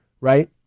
right